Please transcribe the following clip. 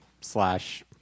slash